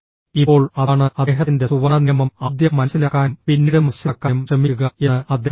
ഇപ്പോൾ അതാണ് അദ്ദേഹത്തിൻറെ സുവർണ്ണ നിയമം ആദ്യം മനസ്സിലാക്കാനും പിന്നീട് മനസ്സിലാക്കാനും ശ്രമിക്കുക എന്ന് അദ്ദേഹം പറയുന്നു